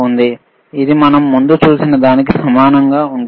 ఇది మనం ముందు చూసిన దానికి సమానంగా ఉంటుంది